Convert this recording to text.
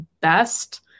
best